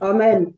Amen